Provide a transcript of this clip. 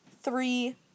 three